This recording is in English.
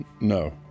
No